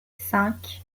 cinq